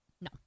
No